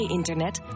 internet